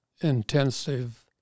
intensive